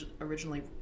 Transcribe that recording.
originally